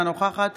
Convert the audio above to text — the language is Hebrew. אינה נוכחת